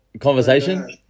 conversation